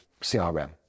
CRM